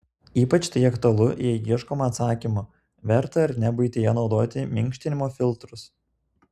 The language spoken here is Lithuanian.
ypač tai aktualu jei ieškoma atsakymo verta ar ne buityje naudoti minkštinimo filtrus